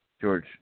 George